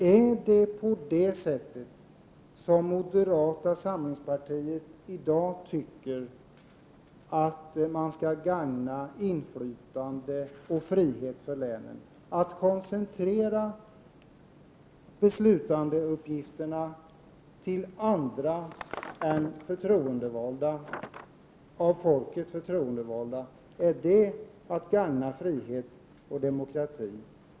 Är det på det sättet som moderata samlingspartiet i dag anser att man gagnar inflytande och frihet för länen? Jag har mycket svårt att inse att koncentration av beslutandeuppgifer till andra än av folket förtroendevalda skulle vara att gagna frihet och demokrati.